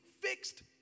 fixed